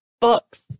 books